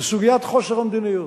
לסוגיית חוסר המדיניות.